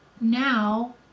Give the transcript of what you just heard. Now